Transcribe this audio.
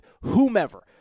whomever